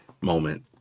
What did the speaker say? moment